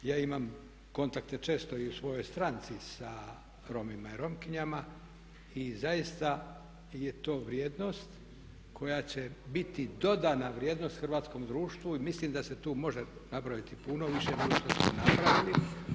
Ja imam kontakte često i u svojoj stranci sa Romima i Romkinjama i zaista je to vrijednost koja će biti dodana vrijednost hrvatskom društvu i mislim da se tu može napraviti puno više nego što smo napravili.